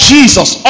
Jesus